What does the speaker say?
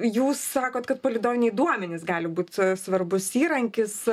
jūs sakot kad palydoviniai duomenys gali būt svarbus įrankis